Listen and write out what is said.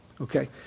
Okay